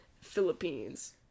Philippines